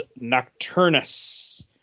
Nocturnus